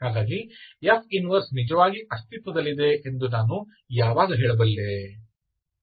ಹಾಗಾಗಿ F 1ನಿಜವಾಗಿ ಅಸ್ತಿತ್ವದಲ್ಲಿದೆ ಎಂದು ನಾನು ಯಾವಾಗ ಹೇಳಬಲ್ಲೆ